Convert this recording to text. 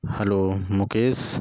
hello Mukesh